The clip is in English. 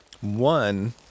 One